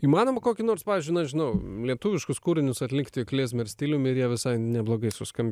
įmanoma kokį nors pavyzdžiui nežinau lietuviškus kūrinius atlikti klezmer stiliumi ir jie visai neblogai suskambė